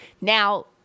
Now